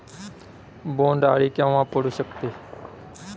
बोंड अळी केव्हा पडू शकते?